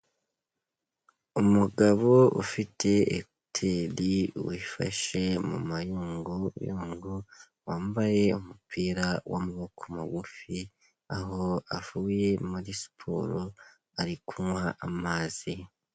Umugabo ufite ekuteri wifashe mu mayunguyungu, wambaye umupira w'amaboko magufi, aho avuye muri siporo ari kunywa amazi.